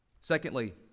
secondly